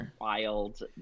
wild